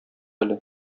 әле